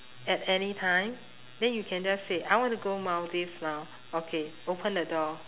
at anytime then you can just say I want to go maldives now okay open the door